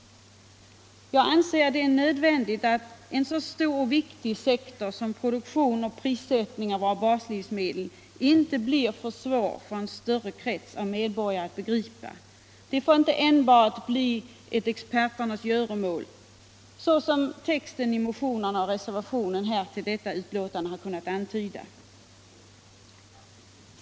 Jag anser det nödvändigt att en så stor och viktig sektor som produktion och prissättning av våra baslivsmedel inte blir för svår att begripa för en större krets av medborgare. Det får inte enbart bli ett experternas göromål, såsom texten i motionerna och reservationen har kunnat antyda.